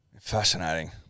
Fascinating